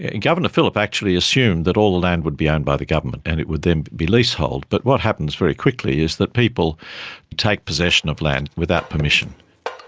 ah governor phillip actually assumed that all land would be owned by the government and it would then be leasehold. but what happens very quickly is that people take possession of land without permission.